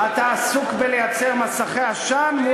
אתה עסוק בלייצר מסכי עשן,